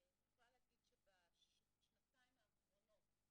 בשנתיים האחרונות,